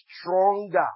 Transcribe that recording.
stronger